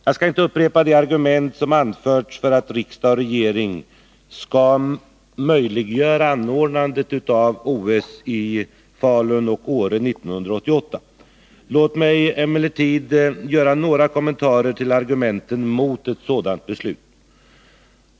Jag skall inte upprepa de argument som anförts för att riksdag och regering skall möjliggöra anordnandet av OS i Falun och Åre 1988. Låt mig emellertid göra några kommentarer till argumenten mot ett sådant beslut.